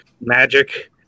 magic